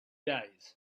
days